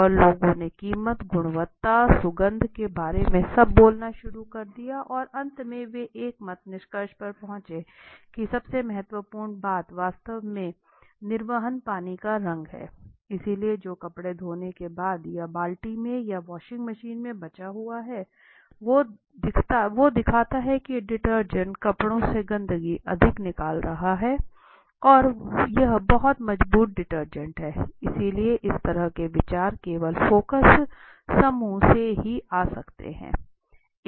और लोगों ने कीमत गुणवत्ता सुगंध के बारे में सब बोलना शुरू कर दिया और अंत में वे एकमत निष्कर्ष पर पहुंचे कि सबसे महत्वपूर्ण बात वास्तव में निर्वहन पानी का रंग हैं इसलिए जो कपड़े धोने के बाद या बाल्टी में या वाशिंग मशीन में बचा हुआ है वो दिखता कि यह डिटर्जेंट कपड़ों से गंदगी अधिक निकाल रहा है और यह बहुत मजबूत डिटर्जेंट है इसलिए इस तरह के विचार केवल फोकस समूह में ही आ सकते हैं